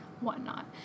whatnot